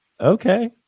Okay